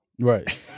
right